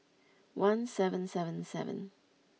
one seven seven seven